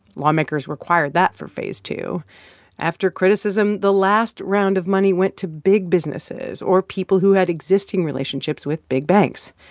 lawmakers required that for phase two after criticism, the last round of money went to big businesses or people who had existing relationships with big banks.